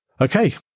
Okay